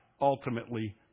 ultimately